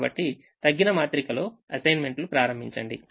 కాబట్టి తగ్గిన మాత్రికలో అసైన్మెంట్లు ప్రారంభించండి